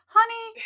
Honey